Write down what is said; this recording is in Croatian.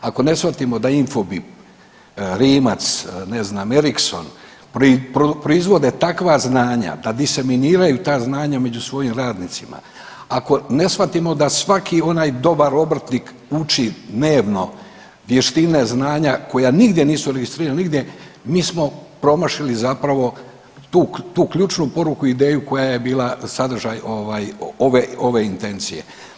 Ako ne shvatimo da Infobip, Rimac, ne znam Ericsson proizvode takva znanja da diseminiraju ta znanja među svojim radnicima, ako ne shvatimo da svaki onaj dobar obrtnik uči dnevno vještine znanja koja nigdje nisu registrirana nigdje mi smo promašili zapravo tu ključnu poruku i ideju koja je bila sadržaj ove, ove intencije.